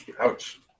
Ouch